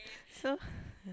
so